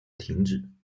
停止